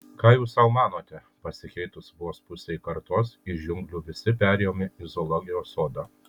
ką jūs sau manote pasikeitus vos pusei kartos iš džiunglių visi perėjome į zoologijos sodą